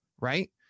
right